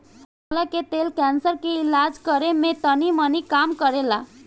बिनौला के तेल कैंसर के इलाज करे में तनीमनी काम करेला